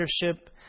leadership